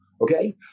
Okay